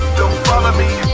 don't bother me